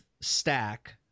stack